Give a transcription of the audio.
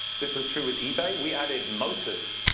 this was true with ebay. we added motors.